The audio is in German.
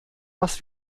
was